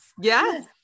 yes